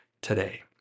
today